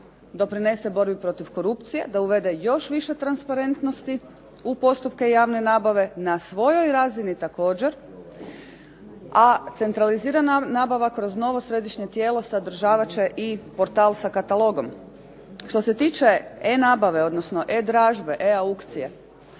doprinese borbi protiv korupcije da uvede još više transparentnosti u postupke javne nabave, na svojoj razini također, a centralizirana nabava kroz novo središnje tijelo sadržavat će i portal sa katalogom. Što se tiče e-nabave, odnosno e-dražbe, e-aukcije,